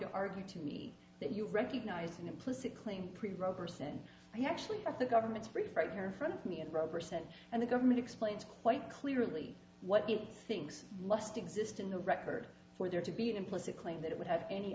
to argue to me that you recognize an implicit claim pretty rover said he actually at the government's brief right here in front of me and roberson and the government explains quite clearly what things must exist in the record for there to be an implicit claim that it would have any